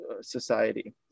society